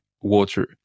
water